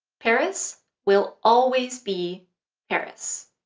paris will always be paris!